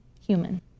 human